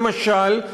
למשל,